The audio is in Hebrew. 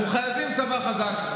אנחנו חייבים צבא חזק.